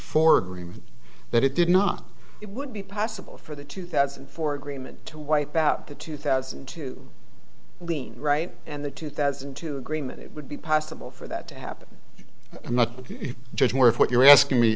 four agreement that it did not it would be possible for the two thousand and four agreement to wipe out the two thousand and two lean right and the two thousand and two agreement it would be possible for that to happen and not just more if what you're asking me